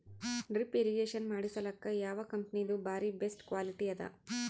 Drip irrigation ಮಾಡಸಲಕ್ಕ ಯಾವ ಕಂಪನಿದು ಬಾರಿ ಬೆಸ್ಟ್ ಕ್ವಾಲಿಟಿ ಅದ?